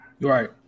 right